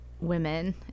women